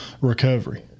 recovery